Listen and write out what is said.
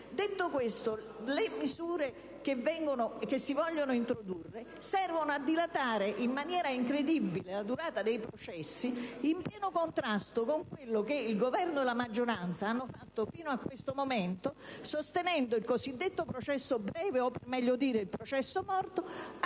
Detto questo, le misure che si vogliono introdurre servono a dilatare in maniera incredibile la durata dei processi, in pieno contrasto con quello che il Governo e la maggioranza hanno fatto fino a questo momento, sostenendo il cosiddetto processo breve o - per meglio dire - il processo morto,